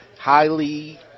highly